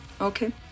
Okay